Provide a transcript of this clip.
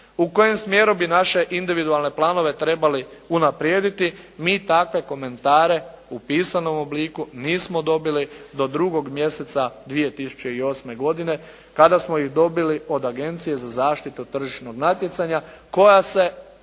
u kojem smjeru bi naše individualne planove trebali unaprijediti, mi takve komentare u pisanom obliku nismo dobili do 2. mjeseca 2008. godine kada smo ih dobili od Agencije za zaštitu tržišnog natjecanja koja se